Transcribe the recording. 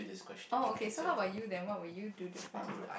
oh okay so how you then what will you do differently